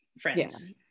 Friends